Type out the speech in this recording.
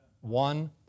One